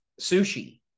sushi